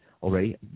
already